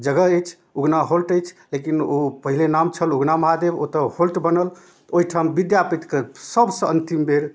जगह अछि उगना हॉल्ट अछि लेकिन ओ पहिले नाम छल उगना महादेव ओतऽ हॉल्ट बनल तऽ ओहिठाम विद्यापतिके सबसँ अन्तिम बेर